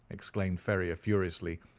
exclaimed ferrier furiously,